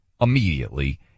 immediately